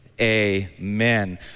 Amen